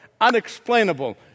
unexplainable